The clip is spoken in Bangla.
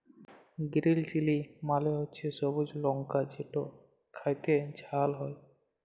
গিরিল চিলি মালে হছে সবুজ লংকা যেট খ্যাইতে ঝাল হ্যয়